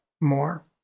more